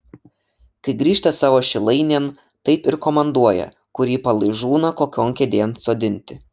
kai grįžta savo šilainėn taip ir komanduoja kurį palaižūną kokion kėdėn sodinti